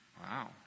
wow